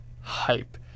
hype